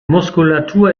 muskulatur